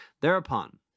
Thereupon